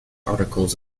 articles